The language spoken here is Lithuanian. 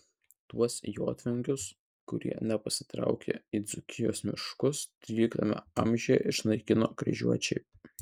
tuos jotvingius kurie nepasitraukė į dzūkijos miškus tryliktame amžiuje išnaikino kryžiuočiai